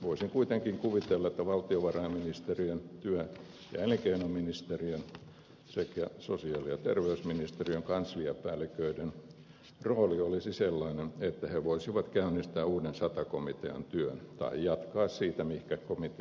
voisin kuitenkin kuvitella että valtiovarainministeriön työ ja elinkeinoministeriön sekä sosiaali ja terveysministeriön kansliapäälliköiden rooli olisi sellainen että he voisivat käynnistää uuden sata komitean työn tai jatkaa siitä mihinkä komitea jäi